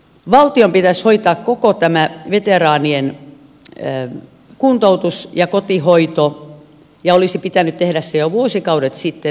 valtion pitäisi hoitaa koko tämä veteraanien kuntoutus ja kotihoito ja olisi pitänyt tehdä se jo vuosikaudet sitten